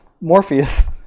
Morpheus